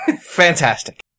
Fantastic